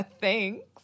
Thanks